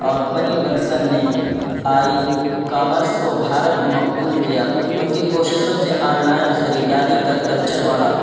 اور بنی بنسل نے e commerce کو بھارت میں مقبول کیا ان کی کوششوں سے آن لائن خریداری کا کلچر بڑھا